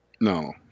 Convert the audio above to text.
No